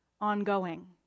ongoing